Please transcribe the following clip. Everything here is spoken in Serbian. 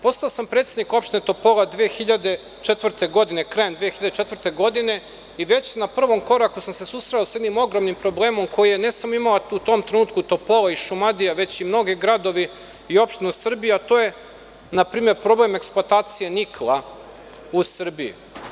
Postao sam predsednik opštine Topola krajem 2004. godine i već na prvom koraku sam se susreo sa jednim ogromnim problemom koji u tom trenutku nije imala samo Topola iŠumadija, već i mnogi gradovi i opštine u Srbiji, a to je npr. problem eksploatacije nikla u Srbiji.